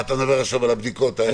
אתה מדבר עכשיו על הבדיקות האלה.